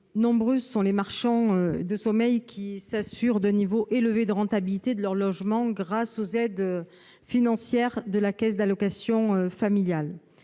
Nombreux sont les marchands de sommeil qui s'assurent un niveau élevé de rentabilité de leur logement grâce aux aides financières de la caisse d'allocations familiales.